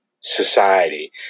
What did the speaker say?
society